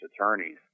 attorneys